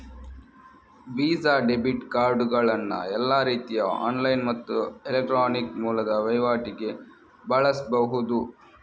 visa debit ಕಾರ್ಡುಗಳನ್ನ ಎಲ್ಲಾ ರೀತಿಯ ಆನ್ಲೈನ್ ಮತ್ತು ಎಲೆಕ್ಟ್ರಾನಿಕ್ ಮೂಲದ ವೈವಾಟಿಗೆ ಬಳಸ್ಬಹುದು